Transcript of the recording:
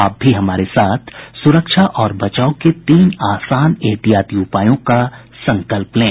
आप भी हमारे साथ सुरक्षा और बचाव के तीन आसान एहतियाती उपायों का संकल्प लें